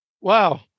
Wow